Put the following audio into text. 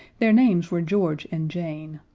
their names were george and jane.